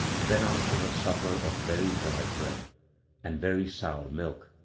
then, after a supper of very dry bread and very sour milk,